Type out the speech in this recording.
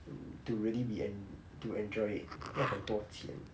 mm to really be en~ to enjoy it 要很多钱